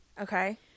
Okay